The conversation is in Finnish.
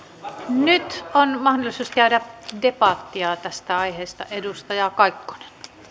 nyt on mahdollisuus käydä debattia tästä aiheesta edustaja kaikkonen